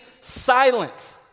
silent